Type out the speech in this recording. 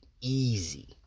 easy